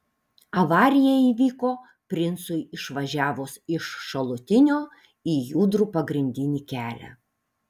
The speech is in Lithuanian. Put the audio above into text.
avarija įvyko princui išvažiavus iš šalutinio į judrų pagrindinį kelią